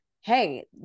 hey